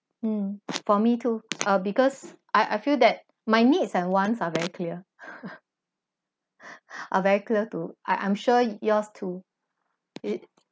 mm for me too uh because I I feel that my needs and wants are very clear are very clear to I am sure yours too it